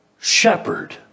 Shepherd